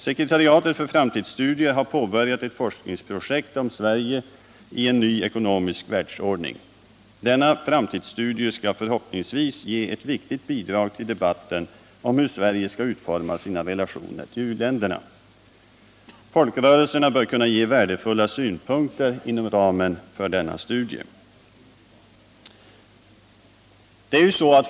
Sekretariatet för framtidsstudier har påbörjat ett forskningsprojekt om Sverige i en ny ekonomisk världsordning. Denna framtidsstudie skall förhoppningsvis ge ett viktigt bidrag till debatten om hur Sverige skall utforma sina relationer till u-länderna. Folkrörelserna bör kunna ge värdefulla synpunkter på denna studie.